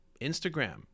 Instagram